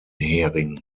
hering